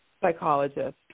psychologist